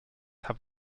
have